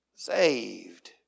saved